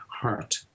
heart